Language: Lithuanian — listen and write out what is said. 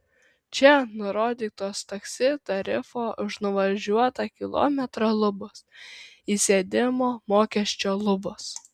čia nurodytos taksi tarifo už nuvažiuotą kilometrą lubos įsėdimo mokesčio lubos